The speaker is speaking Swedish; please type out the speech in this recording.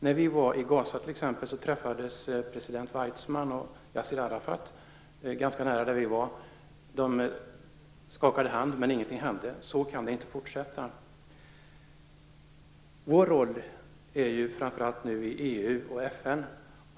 När vi var i Det var ganska nära den plats där vi var. De skakade hand, men ingenting mer hände. Så kan det inte fortsätta. Vår roll är nu att verka framför allt inom EU och FN.